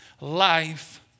life